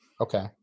Okay